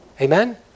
Amen